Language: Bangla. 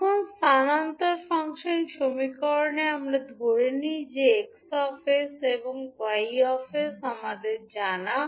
এখন স্থানান্তর ফাংশন সমীকরণে আমরা ধরে নিই যে 𝑋 𝑠 এবং 𝑌 𝑠 আমাদের জানা